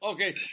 Okay